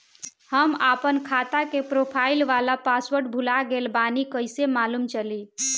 हम आपन खाता के प्रोफाइल वाला पासवर्ड भुला गेल बानी कइसे मालूम चली?